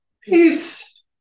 Peace